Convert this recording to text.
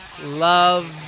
Love